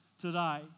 today